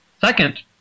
Second